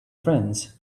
friends